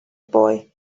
boy